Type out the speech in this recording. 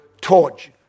torch